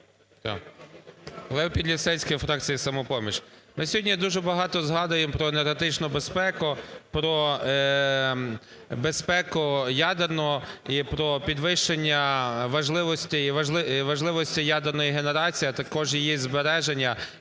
Лев Підлісецький, фракція "Самопоміч". Ми сьогодні дуже багато згадуємо про енергетичну безпеку, про безпеку ядерну і про підвищення, і важливості ядерної генерації, а також її збереження